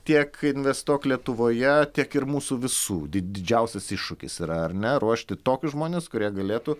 tiek investuok lietuvoje tiek ir mūsų visų did džiausias iššūkis yra ar ne ruošti tokius žmones kurie galėtų